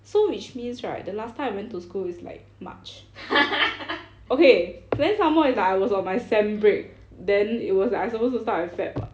so which means right the last time I went to school is like march okay then some more is like I was on my sem break then it was like I suppose to start at feb [what]